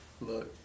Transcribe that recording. Look